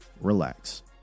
relax